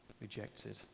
rejected